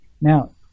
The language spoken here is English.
Now